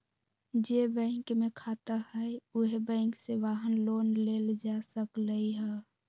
जे बैंक में खाता हए उहे बैंक से वाहन लोन लेल जा सकलई ह